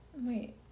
Wait